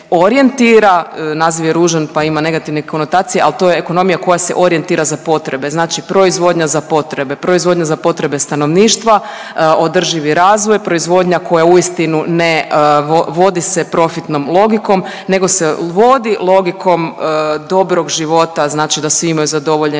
naziv je ružan, pa ima negativnih konotacija, al to je ekonomija koja se orijentira za potrebe, znači proizvodnja za potrebe, proizvodnja za potrebe stanovništva, održivi razvoj, proizvodnja koja uistinu ne vodi se profitnom logikom nego se vodi logikom dobrog života znači da svi imaju zadovoljeno